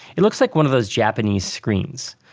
it looks like one of those japanese screens,